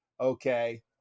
Okay